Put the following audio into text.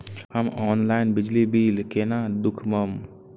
हम ऑनलाईन बिजली बील केना दूखमब?